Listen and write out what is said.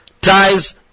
ties